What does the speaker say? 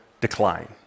decline